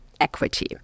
equity